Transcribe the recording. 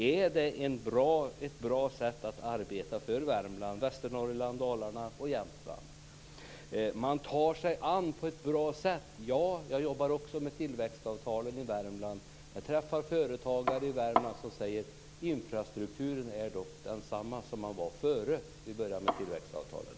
Är det ett bra att sätt att arbeta för Värmland, Västernorrland, Dalarna och Jämtland? Det sades att man tar sig an problemen på ett bra sätt. Jag jobbar också med tillväxtavtal i Värmland. Jag träffar företagare i Värmland som säger: Infrastrukturen är dock densamma som den var innan vi började med tillväxtavtalen.